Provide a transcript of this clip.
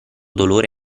dolore